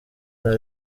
nta